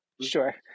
Sure